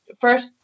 first